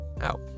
out